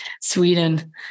Sweden